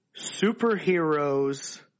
superheroes